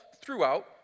throughout